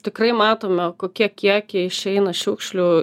tikrai matome kokie kiekiai išeina šiukšlių